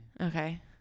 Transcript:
Okay